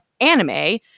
anime